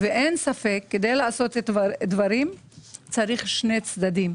אין ספק, כדי לעשות דברים צריך שני צדדים.